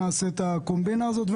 כל החוק הזה הוא חוק קומבינה אחד גדול,